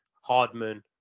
Hardman